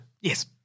Yes